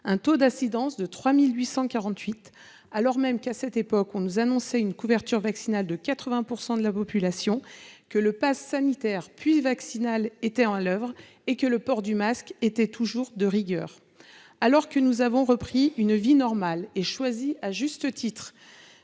Le taux d'incidence était de 3 848, alors même qu'à cette époque, on nous annonçait une couverture vaccinale de 80 % de la population, que le passe sanitaire, puis vaccinal, était en vigueur, et que le port du masque était toujours de rigueur. Alors que nous avons repris une vie normale et choisi, à juste titre,